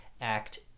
act